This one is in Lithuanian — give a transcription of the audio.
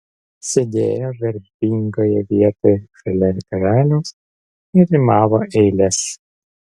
sėdėjo garbingoje vietoj šalia karaliaus ir rimavo eiles